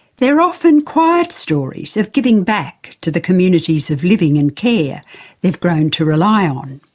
they're often quiet stories of giving back to the communities of living and care they've grown to rely on.